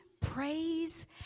praise